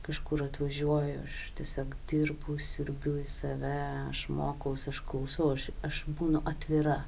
kažkur atvažiuoju aš tiesiog dirbu siurbiu į save aš mokaus aš klausau aš aš būnu atvira